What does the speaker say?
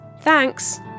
Thanks